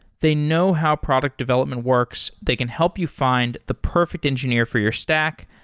they know how product development works. they can help you find the perfect engineer for your stack,